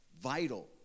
vital